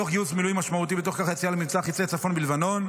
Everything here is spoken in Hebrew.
תוך גיוס מילואים משמעותי ובתוך כך יציאה למבצע חיצי צפון בלבנון,